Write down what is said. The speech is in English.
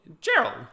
Gerald